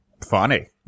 Funny